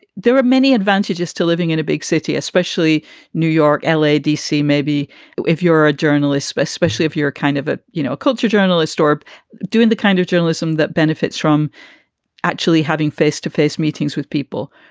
there are many advantages to living in a big city, especially new york, l a, d c. maybe if you're a journalist, especially if you're kind of a you know, a culture journalist, stahp doing the kind of journalism that benefits from actually having face to face meetings with people.